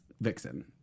Vixen